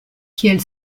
kiel